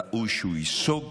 ראוי שהוא ייסוג